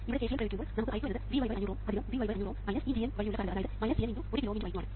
ഇവിടെ KCL പ്രയോഗിക്കുമ്പോൾ നമുക്ക് I2 എന്നത് Vy 500Ω Vy 500Ω ഈ G m വഴിയുള്ള കറന്റ് അതായത് Gm × 1 കിലോΩ × I2 ആണ്